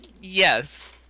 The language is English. yes